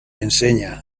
enseña